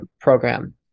program